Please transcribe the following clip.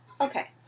okay